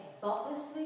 thoughtlessly